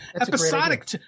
Episodic